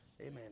Amen